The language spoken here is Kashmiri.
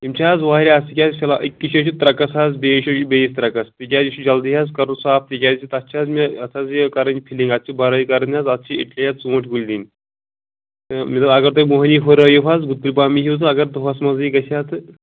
یِم چھِ حظ واریاہ اَصٕل تِکیٛازِ فِلحال أکِس جایہِ چھِ ترٛکس حظ بیٚیِس شایہِ چھِ بیٚیِس ترٛکس تِکیٛازِ یہِ چھُ جلدی حظ کَرُن صاف تِکیٛازِ تَتھ چھِ حظ مےٚ اَتھ حظ یہِ کَرٕنۍ فِلِنٛگ اَتھ چھِ بَرٲے کَرٕنۍ حظ اَتھ چھِ اِسلیے ژوٗنٛٹھۍ کُلۍ دِنۍ مےٚ دوٚپ اگر تُہۍ مۄہنی ہُرٲوِو حظ وُتلۍ پہم یِیٖہوس تہٕ اگر دۄہَس منٛزٕے گژھِ ہا تہٕ